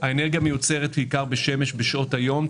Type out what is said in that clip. האנרגיה מיוצרת בעיקר בשמש בשעות היום.